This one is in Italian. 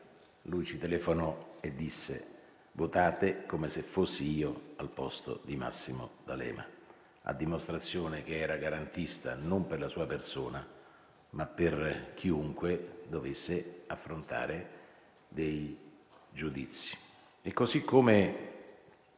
Lui ci telefonò e disse: "votate come se fossi io al posto di Massimo D'Alema". A dimostrazione che era garantista non per la sua persona, ma per chiunque dovesse affrontare dei giudizi. Così come